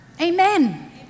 Amen